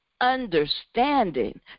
understanding